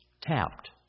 tapped